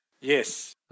Yes